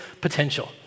potential